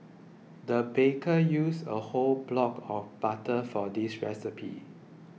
the baker used a whole block of butter for this recipe